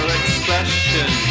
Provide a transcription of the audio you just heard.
expression